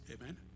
Amen